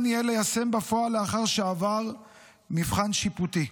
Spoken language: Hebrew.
יהיה ליישם בפועל לאחר שעבר מבחן שיפוטי?